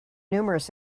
numerous